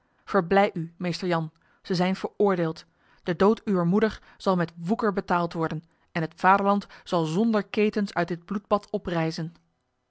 verblij u meester jan zij zijn veroordeeld de dood uwer moeder zal met woeker betaald worden en het vaderland zal zonder ketens uit dit bloedbad